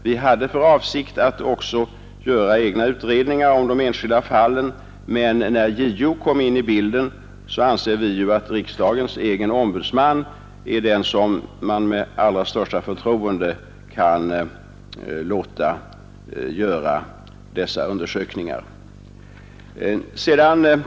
Vi hade för avsikt att göra egna utredningar om de enskilda fallen, men när JO kommit in i bilden anser vi att riksdagens egen ombudsman är den som man med allra största förtroende kan låta göra dessa undersökningar.